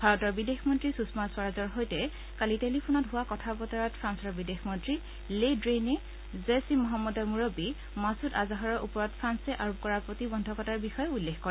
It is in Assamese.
ভাৰতৰ বিদেশ মন্ত্ৰী সুষমা স্বৰাজৰ সৈতে কালি টেলিফোনত হোৱা কথা বতৰাত ফ্ৰান্সৰ বিদেশ মন্ত্ৰী লে ডেইনে জইছ ই মহম্মদৰ মুৰববী মাছুদ আজাহাৰৰ ওপৰত ফ্ৰান্সে আৰোপ কৰা প্ৰতিবন্ধকতাৰ বিষয়ে উল্লেখ কৰে